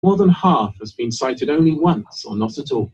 More than half has been cited only once or not at all.